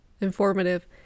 informative